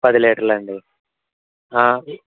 పది లీటర్లా అండి